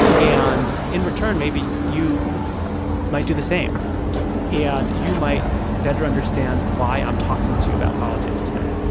and in return, maybe you might do the same and you might better understand why i'm talking to you about politics today